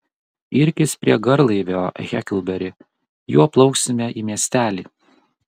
irkis prie garlaivio heklberi juo plauksime į miestelį